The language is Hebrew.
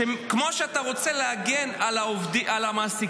שכמו שאתה רוצה להגן על המעסיקים,